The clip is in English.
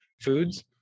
foods